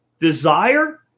desire